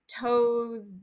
toes